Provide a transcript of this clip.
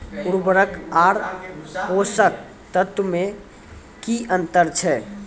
उर्वरक आर पोसक तत्व मे की अन्तर छै?